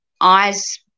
eyes